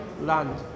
land